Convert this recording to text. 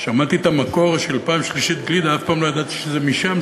שמעתי את המקור של "פעם שלישית גלידה" אף פעם לא ידעתי שזה משם,